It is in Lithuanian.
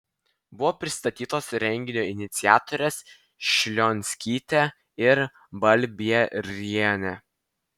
buvo pristatytos renginio iniciatorės šlionskytė ir balbierienė